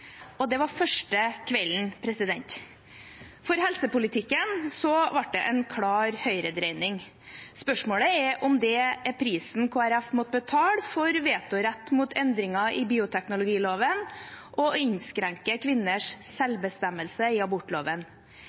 Og dette var den første kvelden. For helsepolitikken ble det en klar høyredreining. Spørsmålet er om det er prisen Kristelig Folkeparti måtte betale for vetorett når det gjelder endringer i bioteknologiloven og innskrenking av kvinners selvbestemmelse i forbindelse med abortloven.